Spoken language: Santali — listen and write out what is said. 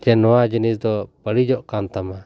ᱡᱮ ᱱᱚᱣᱟ ᱡᱤᱱᱤᱥ ᱫᱚ ᱵᱟᱹᱲᱤᱡᱚᱜ ᱠᱟᱱ ᱛᱟᱢᱟ